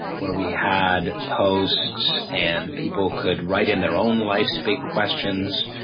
where we had posts and people could write in their own life's big questions,